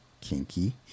Kinky